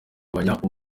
kugabanya